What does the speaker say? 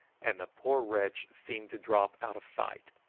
and the poor wretch seemed to drop out of sight.